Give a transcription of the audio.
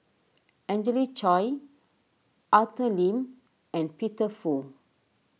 Angelina Choy Arthur Lim and Peter Fu